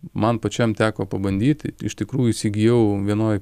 man pačiam teko pabandyti iš tikrųjų įsigijau vienoj